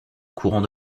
courants